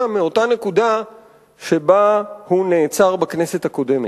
מאותה נקודה שבה הוא נעצר בכנסת הקודמת.